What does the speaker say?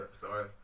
Sorry